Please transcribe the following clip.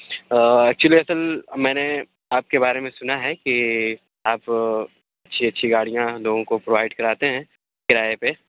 actually اصل میں نے آپ کے بارے میں سُنا ہے کہ آپ اچھی اچھی گاڑیاں لوگوں کو پرووائڈ کراتے ہیں کرایے پہ